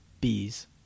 bees